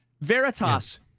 Veritas